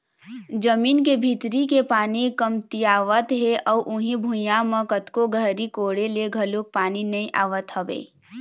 जमीन के भीतरी के पानी कमतियावत हे अउ उही भुइयां म कतको गहरी कोड़े ले घलोक पानी नइ आवत हवय